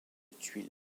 tuiles